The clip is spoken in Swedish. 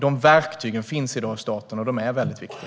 De verktygen finns i dag i staten, och de är väldigt viktiga.